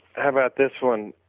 how about this one?